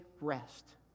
rest